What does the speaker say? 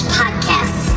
podcast